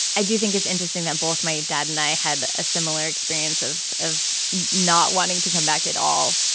i do think it's interesting that both my dad and i had a similar experience of of not wanting to come back at all.